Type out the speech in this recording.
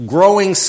Growing